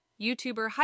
YouTuber